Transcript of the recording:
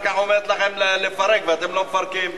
כך אומרת לכם לפרק ואתם לא מפרקים.